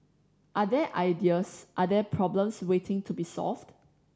are there ideas are there problems waiting to be solved